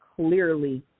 clearly